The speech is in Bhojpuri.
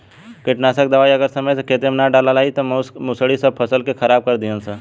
कीटनाशक दवाई अगर समय से खेते में ना डलाइल त मूस मुसड़ी सब फसल के खराब कर दीहन सन